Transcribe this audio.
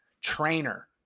trainer